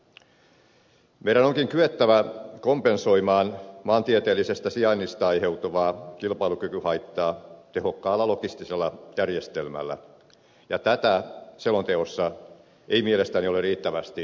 meidän onkin kyettävä kompensoimaan maantieteellisestä sijainnista aiheutuvaa kilpailukykyhaittaa tehokkaalla logistisella järjestelmällä ja tätä selonteossa ei mielestäni ole riittävästi ymmärretty